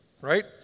right